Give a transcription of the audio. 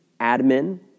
admin